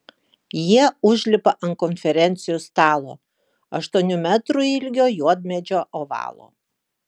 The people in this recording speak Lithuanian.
jie užlipa ant konferencijų stalo aštuonių metrų ilgio juodmedžio ovalo